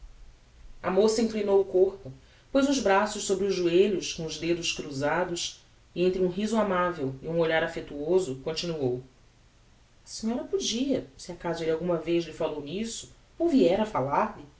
a moça inclinou o corpo poz os braços sobre os joelhos com os dedos cruzados e entre um riso amavel e um olhar affectuoso continuou a senhora podia se acaso elle alguma vez lhe falou nisso ou vier a